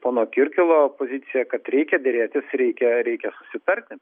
pono kirkilo pozicija kad reikia derėtis reikia reikia susitarti